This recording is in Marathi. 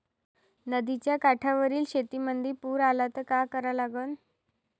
नदीच्या काठावरील शेतीमंदी पूर आला त का करा लागन?